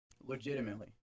Legitimately